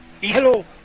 hello